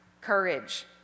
courage